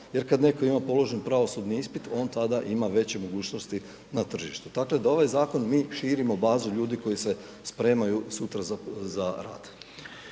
Jer kad neko ima položen pravosudni ispit on tada ima veće mogućnosti na tržištu. Dakle, da ovaj zakon mi širimo bazu ljudi koji se spremaju sutra za rad.